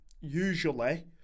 usually